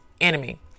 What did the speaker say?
enemy